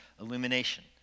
illumination